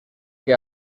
que